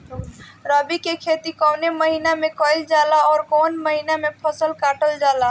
रबी की खेती कौने महिने में कइल जाला अउर कौन् महीना में फसलवा कटल जाला?